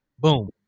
Boom